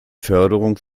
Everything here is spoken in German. förderung